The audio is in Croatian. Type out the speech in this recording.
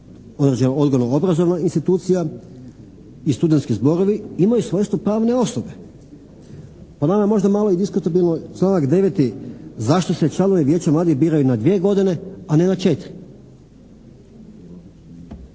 određena odgojno-obrazovna institucija i studentski zborovi imaju svojstvo pravne osobe. Po nama je možda malo i diskutabilno članak 9. zašto se članovi vijeća mladih biraju na dvije godine a ne na četiri.